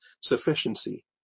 sufficiency